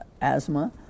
asthma